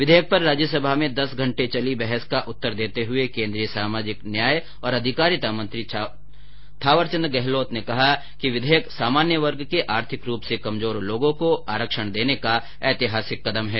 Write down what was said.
विधेयक पर राज्यसभा में दस घंटे तक चली बहस का उत्तर देते हुए केन्द्रीय सामाजिक न्याय और अधिकारिता मंत्री थावर चंद गहलोत ने कहा कि विधेयक सामान्य वर्ग के आर्थिक रूप से कमजोर लोगों को आरक्षण देने का ऐतिहासिक कदम है